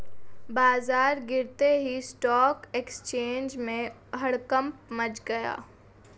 बाजार गिरते ही स्टॉक एक्सचेंज में हड़कंप मच गया